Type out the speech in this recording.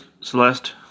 Celeste